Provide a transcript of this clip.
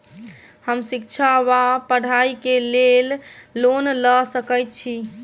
हम शिक्षा वा पढ़ाई केँ लेल लोन लऽ सकै छी?